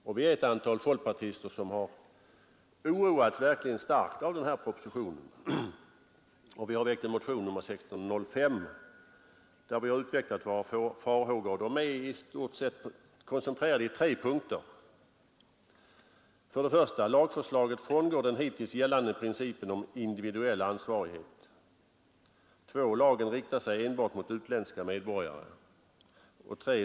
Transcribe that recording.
Jag tillhör en grupp av folkpartister som verkligen har oroats starkt av den proposition vi nu behandlar. Vi har väckt en motion, nr 1605, där vi har utvecklat våra farhågor. Kritiken kan i stort sett koncentreras i följande tre punkter: 2. Lagen riktar sig enbart mot utländska medborgare. 3.